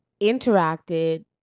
interacted